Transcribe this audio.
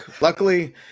Luckily